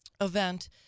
event